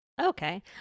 okay